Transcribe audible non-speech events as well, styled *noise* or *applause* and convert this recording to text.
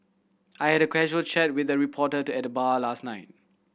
I had a casual chat with a reporter *unintelligible* at the bar last night